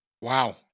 Wow